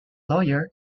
lawyer